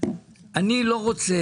אבל אני לא רוצה,